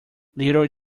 little